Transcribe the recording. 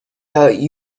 out